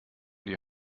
die